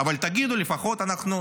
אבל לפחות תגידו,